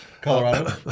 Colorado